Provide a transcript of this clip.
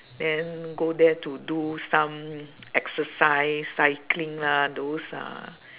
then go there to do some exercise cycling lah those uh